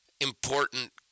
important